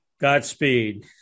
Godspeed